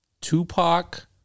tupac